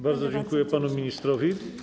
Bardzo dziękuję panu ministrowi.